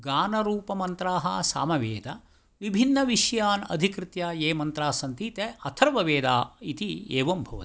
गानरुपमन्त्राः सामवेद विभिन्नविषयान् अधिकृत्य ये मन्त्राः सन्ति ते अथर्ववेदा इति एवं भवति